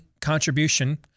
contribution –